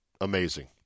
Amazing